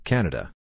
Canada